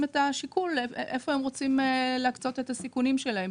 את השיקול איפה הם רוצים להקצות את הסיכונים שלהם.